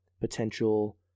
potential